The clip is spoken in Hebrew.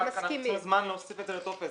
רק אנחנו מבקשים זמן להוסיף את זה לטופס.